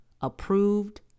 Approved